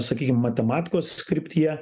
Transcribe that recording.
sakykim matematikos kryptyje